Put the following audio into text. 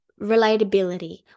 relatability